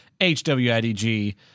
H-W-I-D-G